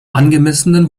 angemessenen